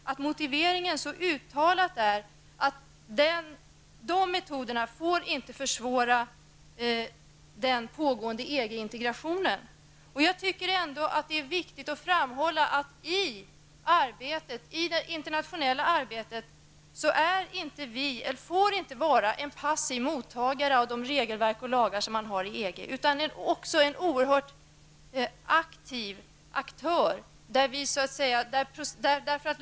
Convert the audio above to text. Man uttalar tydligt att de metoder som används inte får försvåra den pågående EG-integrationen. Jag tycker det är viktigt att framhålla att vi i det internationella arbetet inte får vara en passiv mottagare av EGs regelverk och lagar. Vi måste i stället vara oerhört aktiva aktörer.